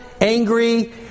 angry